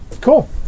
Cool